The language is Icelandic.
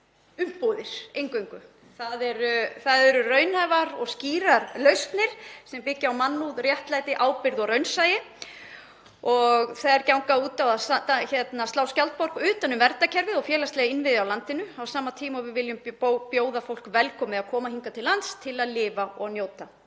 umbúðir. Þar eru raunhæfar og skýrar lausnir sem byggja á mannúð, réttlæti, ábyrgð og raunsæi og þær ganga út á að slá skjaldborg utan um verndarkerfið og félagslega innviði á landinu á sama tíma og við viljum bjóða fólk velkomið að koma hingað til lands til að lifa og njóta.